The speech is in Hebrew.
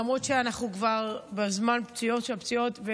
למרות שאנחנו כבר בזמן פציעות של הפציעות,